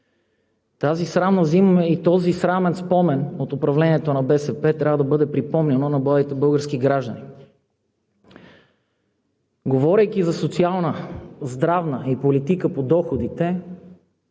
Тази срамна зима и този срамен спомен от управлението на БСП трябва да бъде припомняно на младите български граждани. Говорейки за социална, здравна и политика по доходите,